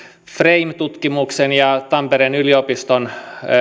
frame tutkimuksen ja tampereen yliopiston